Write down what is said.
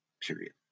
period